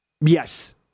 Yes